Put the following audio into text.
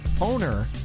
owner